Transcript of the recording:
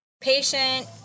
patient